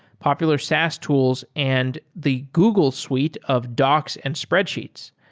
popular saas tools and the google suite of docs and spreadsheets.